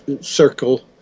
circle